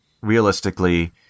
realistically